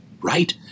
right